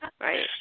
Right